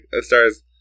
stars